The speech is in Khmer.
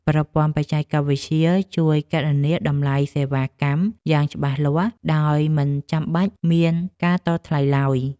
ប្រព័ន្ធបច្ចេកវិទ្យាជួយគណនាតម្លៃសេវាកម្មយ៉ាងច្បាស់លាស់ ដោយមិនចាំបាច់មានការតថ្លៃឡើយ។